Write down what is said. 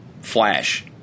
Flash